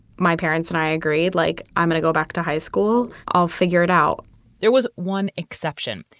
my parents and i agreed, like, i'm going to go back to high school. i'll figure it out there was one exception.